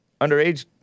underage